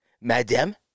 madame